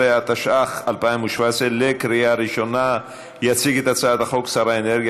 37 בעד, אין מתנגדים, אין נמנעים.